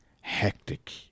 hectic